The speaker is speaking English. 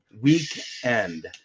weekend